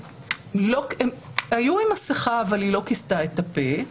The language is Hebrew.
הם היו עם מסכה, אבל היא לא כיסתה את הפה,